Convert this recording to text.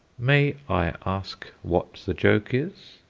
may i ask what the joke is?